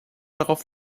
darauf